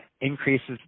increases